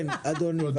אדוני, בבקשה.